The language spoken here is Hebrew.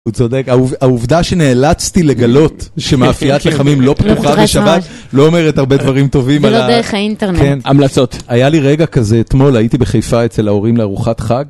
הוא צודק, העוב, העובדה שנאלצתי לגלות שמאפיית לחמים לא פתוחה בשבת לא אומרת הרבה דברים טובים על ה... ולא דרך האינטרנט. כן. המלצות. היה לי רגע כזה, אתמול הייתי בחיפה אצל ההורים לארוחת חג